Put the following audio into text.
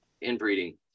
inbreeding